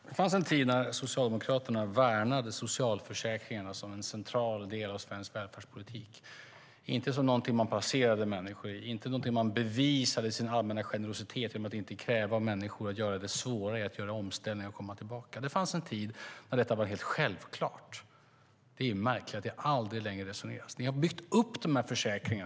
Fru talman! Det fanns en tid när Socialdemokraterna värnade socialförsäkringarna som en central del av svensk välfärdspolitik. De var inte något man placerade människor i, inte något man använde för att bevisa sin allmänna generositet genom att inte kräva av människor att göra svåra omställningar och komma tillbaka. Det fanns en tid när detta var helt självklart. Det är märkligt att det aldrig resoneras så längre. Ni har byggt upp de här försäkringarna.